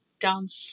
dance